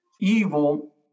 evil